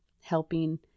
helping